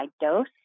dose